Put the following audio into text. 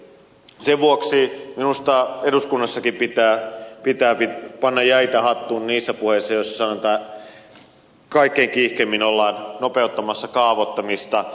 sen vuoksi minusta eduskunnassakin pitää panna jäitä hattuun niissä puheissa joissa kaikkein kiihkeimmin ollaan nopeuttamassa kaavoittamista